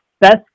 best